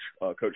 coach